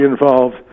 involved